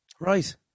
Right